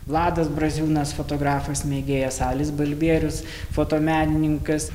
vladas braziūnas fotografas mėgėjas alis balbierius fotomenininkas